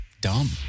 dumb